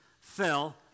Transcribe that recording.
fell